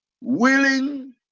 willing